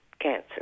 cancer